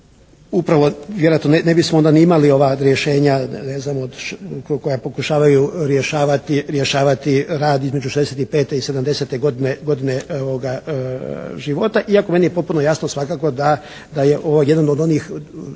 upravo vjerojatno ne bismo ni imali ova rješenja ne znam koja pokušavaju rješavati rad između 65. i 70. godine života iako meni je potpuno jasno svakako da je ovo jedan od onih